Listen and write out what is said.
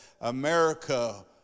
America